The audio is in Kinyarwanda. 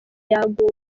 yaguye